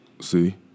See